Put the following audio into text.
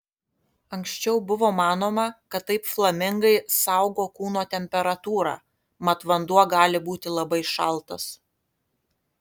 anksčiau buvo manoma kad taip flamingai saugo kūno temperatūrą mat vanduo gali būti labai šaltas